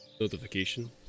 notification